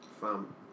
fam